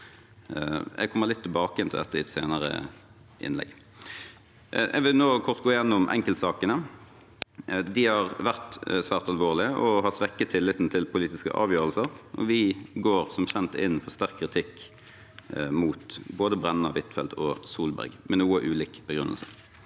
Jeg kommer litt tilbake igjen til dette i et senere innlegg. Jeg vil nå kort gå gjennom enkeltsakene. De har vært svært alvorlige og har svekket tilliten til politiske avgjørelser. Vi går som kjent inn for sterk kritikk mot både Tonje Brenna, Anniken Huitfeldt og Erna Solberg – med noe ulik begrunnelse.